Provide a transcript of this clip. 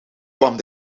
kwam